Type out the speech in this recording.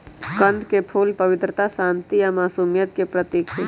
कंद के फूल पवित्रता, शांति आ मासुमियत के प्रतीक हई